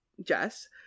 Jess